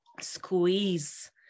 squeeze